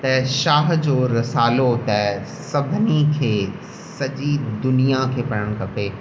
त शाह जो रसालो त सभिनी खे सॼी दुनिया खे पढ़णु खपे